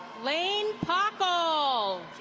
laine pockell.